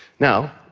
now,